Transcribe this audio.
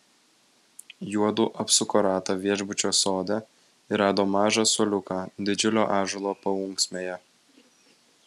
juodu apsuko ratą viešbučio sode ir rado mažą suoliuką didžiulio ąžuolo paūksmėje